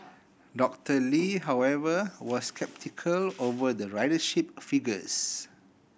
Doctor Lee however was sceptical over the ridership figures